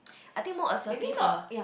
I think more assertive lah